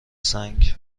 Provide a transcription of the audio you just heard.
سنگ